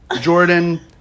Jordan